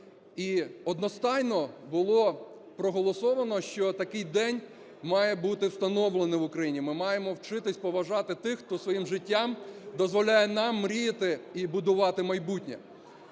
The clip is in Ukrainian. І одностайно було проголосовано, що такий день має бути встановлений в Україні, ми маємо вчитися поважати тих, хто своїм життям дозволяє нам мріяти і будувати майбутнє.